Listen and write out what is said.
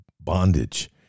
bondage